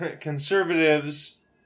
conservatives